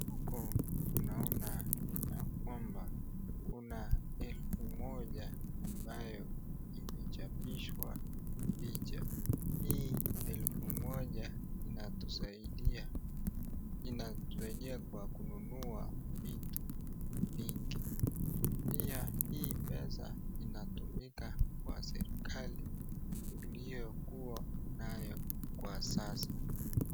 Huku unaona ya kwamba kuna elfu moja ambayo imechapishwa picha. Hii elfu moja inatusaidia inatusaidia kwa kununua vitu vingi. Pia, hii pesa inatumika kwa serikali tuliyokuwa nayo kwa sasa.